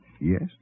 Yes